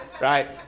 Right